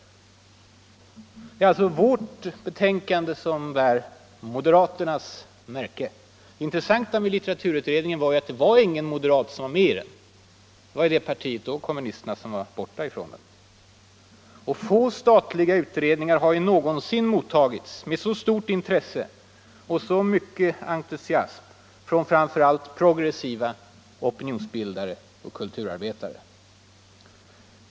Det är alltså vårt betänkande som bär ”moderaternas märke”. Det intressanta med litteraturutredningen var annars att ingen moderat var med i den. Moderaterna och kommunisterna saknade representanter i utredningen. Få statliga utredningar har någonsin mottagits med så stort intresse och så mycken entusiasm från framför allt progressiva opinionsbildare och kulturarbetare.